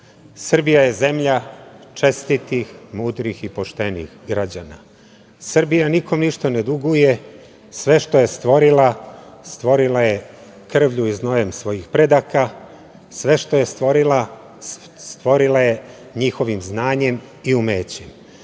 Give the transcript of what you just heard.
Srbiji. Srbija je zemlja čestitih, mudrih i poštenih građana. Srbija nikom ništa ne duguje, sve što je stvorila, stvorila je krvlju i znojem svojih predaka, sve što je stvorila, stvorila je njihovim znanjem i umećem. Zato